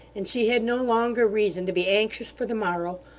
and she had no longer reason to be anxious for the morrow,